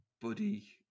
buddy